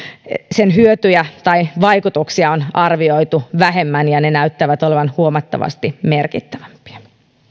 sen hyötyjä tai vaikutuksia on arvioitu vähemmän ja ne näyttävät olevan huomattavasti merkittävämpiä